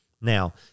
Now